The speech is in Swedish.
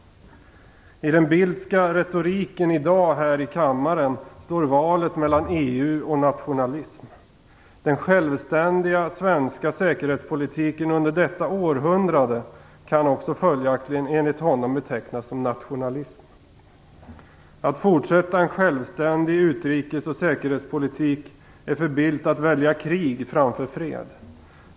I den Bildtska retoriken i dag här i kammaren står valet mellan EU och nationalism. Den självständiga svenska säkerhetspolitiken under detta århundrade kan också följaktligen enligt honom betecknas som nationalism. Att fortsätta en självständig utrikes och säkerhetspolitik är för Bildt att välja krig framför fred.